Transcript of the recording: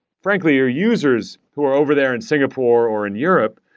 frankly, your users who are over there in singapore or in europe,